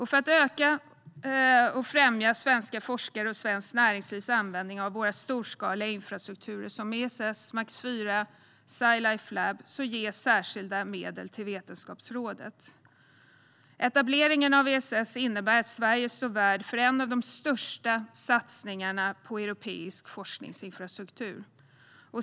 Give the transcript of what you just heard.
För att öka och främja svenska forskares och svenskt näringslivs användning av våra storskaliga infrastrukturer som ESS, Max IV och Sci Life Lab ges särskilda medel till Vetenskapsrådet. Etableringen av ESS innebär att Sverige står värd för en av de största satsningarna på europeisk forskningsinfrastruktur.